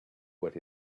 what